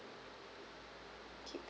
okay